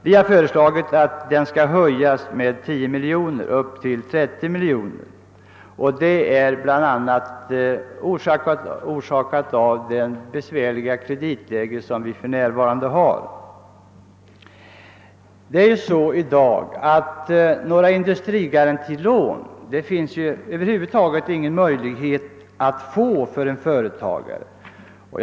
Vi har föreslagit att anslaget skall höjas med 10 miljoner till 30 miljoner kronor, bl.a. med tanke på det besvärliga kreditläge som för närvarande råder. I dag har ju en företagare över huvud taget ingen möjlighet att få ett industrigarantilån.